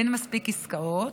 אין מספיק עסקאות.